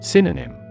Synonym